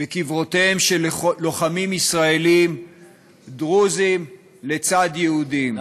בקברותיהם של לוחמים ישראלים דרוזים לצד יהודים.